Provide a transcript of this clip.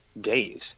days